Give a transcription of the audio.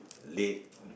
late